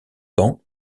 bancs